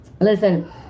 Listen